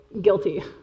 guilty